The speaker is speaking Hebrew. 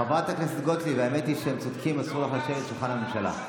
חברת הכנסת גוטליב, הם צודקים, זה שולחן הממשלה.